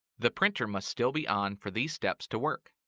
the printer must still be on for these steps to work.